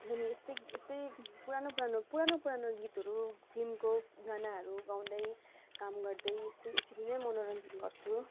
अनि यस्तै यस्तै पुरानो पुरानो पुरानो पुरानो गीतहरू फिल्मको गानाहरू गाउँदै काम गर्दै यस्तै यसरी नै मनोरञ्जन गर्छु